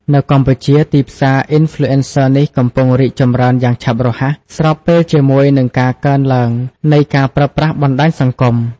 នៅកម្ពុជា ទីផ្សារ Influencer នេះកំពុងរីកចម្រើនយ៉ាងឆាប់រហ័ស ស្របពេលជាមួយនឹងការកើនឡើងនៃការប្រើប្រាស់បណ្តាញសង្គម។